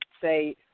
say